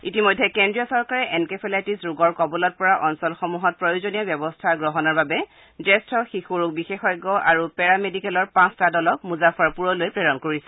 ইতিমধ্যে কেন্দ্ৰীয় চৰকাৰে এনকেফেলাইটিছ ৰোগৰ কৱলত পৰা অঞ্চলসমূহত প্ৰয়োজনীয় ব্যৱস্থা গ্ৰহণৰ বাবে জ্যেষ্ঠ শিশু ৰোগ বিশেষজ্ঞ আৰু পেৰামেডিকেলৰ পাঁচটা দলক মুজাফ্ফৰপুৰলৈ প্ৰেৰণ কৰিছে